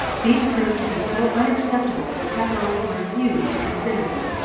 these proved to be so unacceptable that pepperrell refused to consider them,